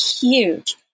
huge